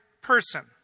person